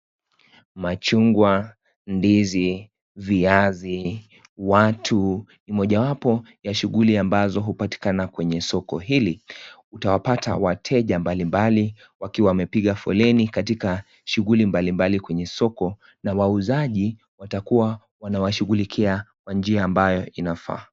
Machungwa, ndizi, viazi, watu ni mojawapo ya shughuli ambazo hupatikana kwenye soko hili. Utawapata wateja mbalimbali wakiwa wamepiga foleni katika shughuli mbalimbali kwenye soko, na wauzaji watakuwa wanawashughulikia kwa njia ambayo inafaa.